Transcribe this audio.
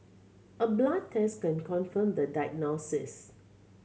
a blood test can confirm the diagnosis